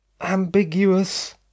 ambiguous